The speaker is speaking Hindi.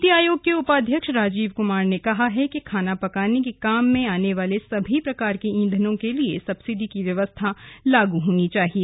नीति आयोग के उपाध्यक्ष राजीव कुमार ने कहा है कि खाना पकाने के काम में आने वाले सभी प्रकार के ईंधनों के लिए सब्सिडी की व्यवस्था लागू होनी चाहिए